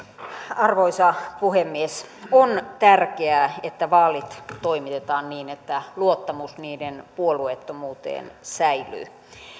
arvoisa puhemies on tärkeää että vaalit toimitetaan niin että luottamus niiden puolueettomuuteen säilyy